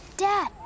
Dad